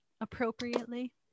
appropriately